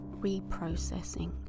reprocessing